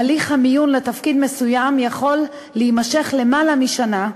הליך המיון לתפקיד מסוים יכול להימשך למעלה משנה,